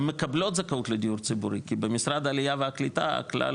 הן מקבלות זכאות לדיור ציבורי כי במשרד העלייה והקליטה הכולל